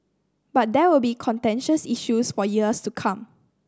but there will be contentious issues for years to come